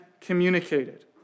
communicated